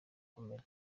kumera